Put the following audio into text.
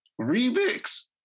remix